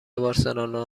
بارسلونا